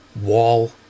wall